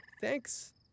Thanks